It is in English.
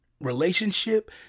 relationship